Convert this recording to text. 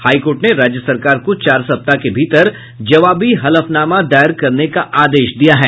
high court ने राज्य सरकार को चार सप्ताह के भीतर जवाबी हलफनामा दायर करने का आदेश दिया है